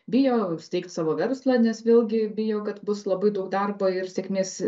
bijo steigti savo verslą nes vėlgi bijo kad bus labai daug darbo ir sėkmės